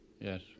yes